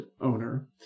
owner